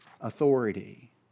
authority